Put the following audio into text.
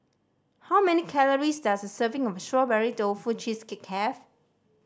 how many calories does a serving of Strawberry Tofu Cheesecake have